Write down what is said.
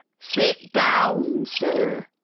sit down sir.